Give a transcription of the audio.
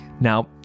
Now